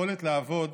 היכולת לעבוד